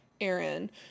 Aaron